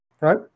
right